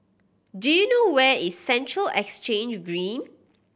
do you know where is Central Exchange Green